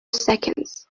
seconds